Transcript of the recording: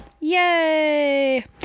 Yay